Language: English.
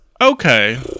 Okay